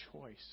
choice